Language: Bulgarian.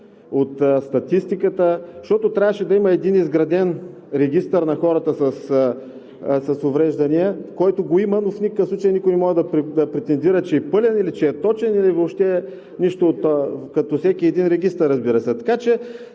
от статистиката? Защото трябваше да има един изграден регистър на хората с увреждания, който го има, но в никакъв случай никой не може да претендира, че е пълен, или че е точен, или въобще нищо, като всеки един регистър, разбира се.